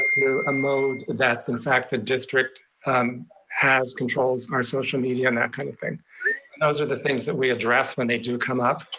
to a mode that the fact that district has, controls our social media and that kind of thing. and those are the things that we address when they do come up,